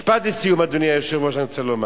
משפט לסיום, אדוני היושב-ראש, אני רוצה לומר.